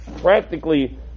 practically